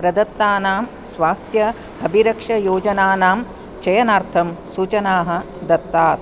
प्रदत्तानां स्वास्थ्य अभिरक्षायोजनानां चयनार्थं सूचनाः दत्तात्